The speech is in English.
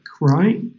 right